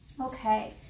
Okay